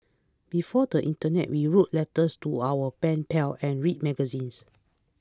before the internet we wrote letters to our pen pals and read magazines